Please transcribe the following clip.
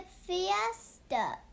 fiesta